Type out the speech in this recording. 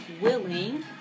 willing